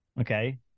okay